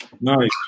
Nice